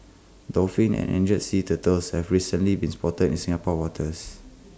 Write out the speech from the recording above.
dolphins and endangered sea turtles have recently been spotted in Singapore's waters